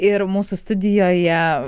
ir mūsų studijoje